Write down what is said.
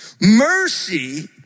Mercy